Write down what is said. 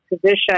position